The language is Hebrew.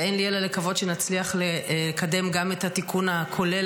אין לי אלא לקוות שנצליח לקדם גם את התיקון הכולל